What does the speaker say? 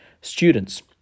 students